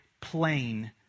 plain